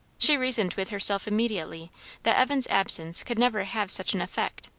she reasoned with herself immediately that evan's absence could never have such an effect,